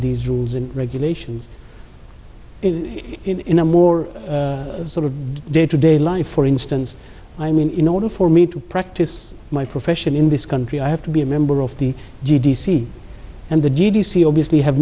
these rules and regulations in a more sort of day to day life for instance i mean in order for me to practice my profession in this country i have to be a member of the g d c and the d d c obviously have